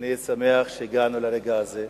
אני שמח שהגענו לרגע הזה.